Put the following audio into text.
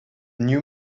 new